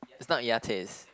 it's not Yates